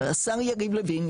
השר יריב לוין,